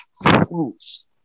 fruits